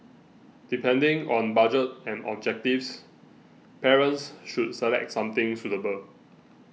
depending on budget and objectives parents should select something suitable